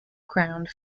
ground